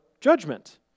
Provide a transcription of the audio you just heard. judgment